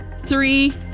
Three